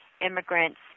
immigrants